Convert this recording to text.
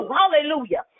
hallelujah